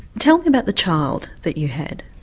tell me about the child that you had?